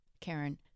Karen